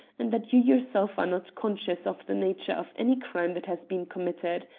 and that you yourself are not conscious of the nature of any crime that has been committed.